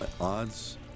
odds